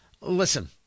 Listen